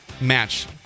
match